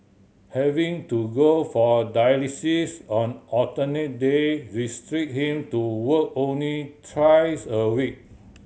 having to go for dialysis on alternate day restrict him to work only thrice a week